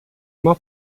uma